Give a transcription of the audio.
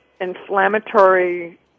inflammatory